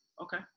Okay